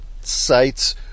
sites